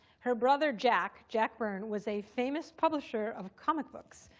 her brother jack, jack byrne, was a famous publisher of comic books.